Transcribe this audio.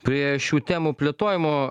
prie šių temų plėtojimo